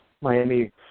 Miami